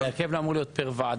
אבל ההרכב לא היה אמור להיות פר ועדה?